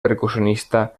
percusionista